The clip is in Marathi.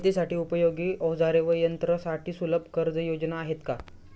शेतीसाठी उपयोगी औजारे व यंत्रासाठी सुलभ कर्जयोजना आहेत का?